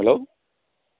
hello